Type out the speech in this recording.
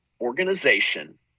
organization